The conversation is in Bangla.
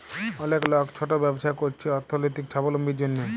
অলেক লক ছট ব্যবছা ক্যইরছে অথ্থলৈতিক ছাবলম্বীর জ্যনহে